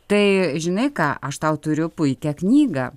tai žinai ką aš tau turiu puikią knygą